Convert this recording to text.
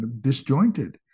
disjointed